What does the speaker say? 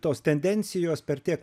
tos tendencijos per tiek